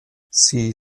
sie